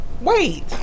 Wait